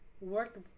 work